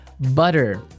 butter